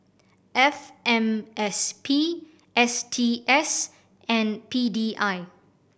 F M S P S T S and P D I